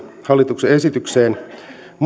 hallituksen esitykseen